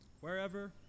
Wherever